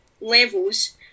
levels